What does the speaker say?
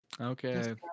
Okay